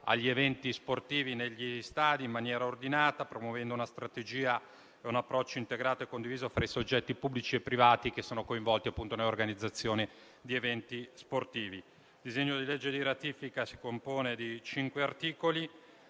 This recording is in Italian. agli eventi sportivi negli stadi in maniera ordinata, promuovendo una strategia e un approccio integrato e condiviso tra i soggetti pubblici e privati coinvolti nell'organizzazione di eventi sportivi. Il disegno di legge di ratifica si compone di cinque articoli;